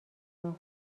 جان